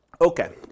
Okay